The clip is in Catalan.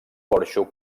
porxo